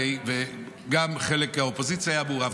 בחלק האופוזיציה הייתה מעורבת,